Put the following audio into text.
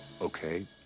Okay